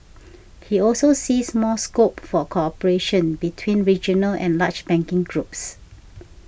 he also sees more scope for cooperation between regional and large banking groups